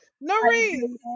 Noreen